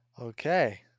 Okay